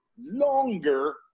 longer